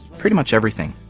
pretty much everything.